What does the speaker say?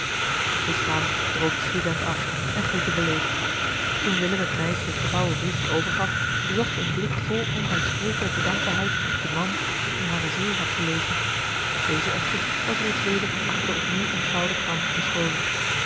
beschaamd droop de student af en groette beleefd toen willem het meisje het gevouwen briefje overgaf zocht een blik vol onuitsprekelijke dankbaarheid den man die in hare ziel had gelezen deze echter was reeds weder achter de opnieuw ontvouwde krant verscholen